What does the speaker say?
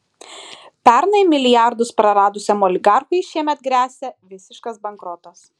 pernai milijardus praradusiam oligarchui šiemet gresia visiškas bankrotas